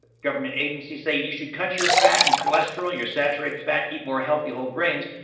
government agencies say you should cut your fat and cholesterol, your saturated fat, eat more healthy whole grains,